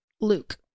luke